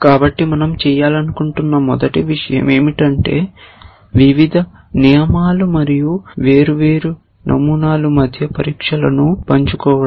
కాబట్టి మనం చేయాలనుకుంటున్న మొదటి విషయం ఏమిటంటే వివిధ నియమాలు మరియు వేర్వేరు నమూనాల మధ్య పరీక్షలను పంచుకోవడం